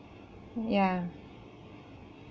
ya